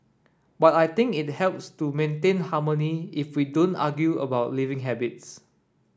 but I think it helps to maintain harmony if we don't argue about living habits